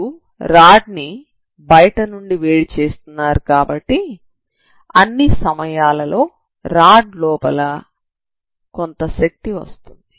మీరు రాడ్ ని బయట నుండి వేడి చేస్తున్నారు కాబట్టి అన్ని సమయాలలో రాడ్ లోపల నుండి కొంత శక్తి వస్తుంది